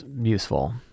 useful